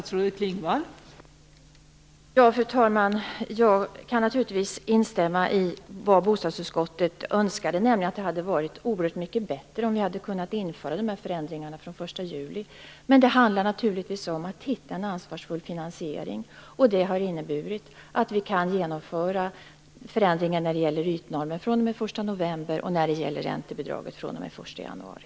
Fru talman! Jag kan naturligtvis instämma i det som bostadsutskottet anförde, nämligen att det hade varit oerhört mycket bättre om vi hade kunnat införa dessa förändringar den 1 juli. Det handlade naturligtvis om att hitta en ansvarsfull finansiering, och det har inneburit att vi kan genomföra förändringen när det gäller ytnormen den 1 november och när det gäller räntebidraget den 1 januari.